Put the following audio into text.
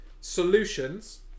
solutions